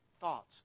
thoughts